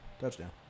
touchdown